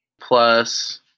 Plus